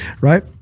right